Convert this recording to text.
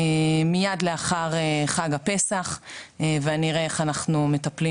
מיד לאחר חג הפסח, ואני אראה איך אנחנו מטפלים